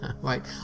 Right